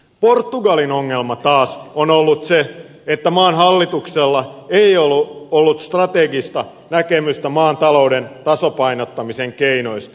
portugalin ongelma taas on ollut se että maan hallituksella ei ole ollut strategista näkemystä maan talouden tasapainottamisen keinoista